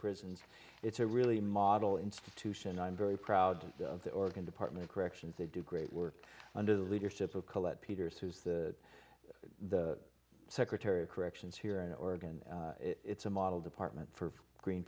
prisons it's a really model institution i'm very proud of the organ department corrections they do great work under the leadership of collette peters who's the secretary of corrections here in oregon it's a model department for green